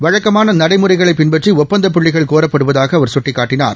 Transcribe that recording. வழக்கமான நடைமுறைகளை பின்பற்றி ஒப்பந்தப்புள்ளிகள் கோரப்படுவதாக அவர் சுட்டிக்காட்டினார்